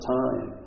time